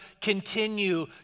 continue